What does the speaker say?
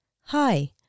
Hi